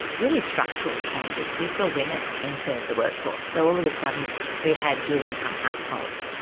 really structural changes. we saw women enter the workforce. so all of a sudden we had dual income households,